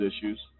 issues